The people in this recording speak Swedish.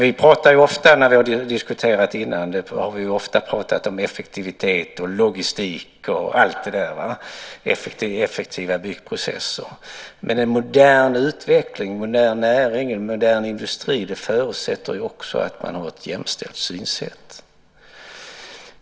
Vi har ofta pratat om effektivitet, logistik, effektiva byggprocesser, men en modern utveckling, en modern näring, en modern industri förutsätter också att man har ett jämställt synsätt.